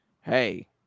Hey